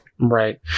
right